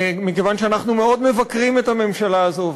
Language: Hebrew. מכיוון שאנחנו מאוד מבקרים את הממשלה הזו,